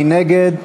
מי נגד?